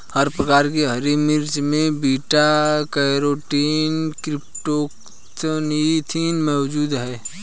हर प्रकार की हरी मिर्चों में बीटा कैरोटीन क्रीप्टोक्सान्थिन मौजूद हैं